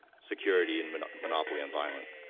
security and monopoly monopoly on violence.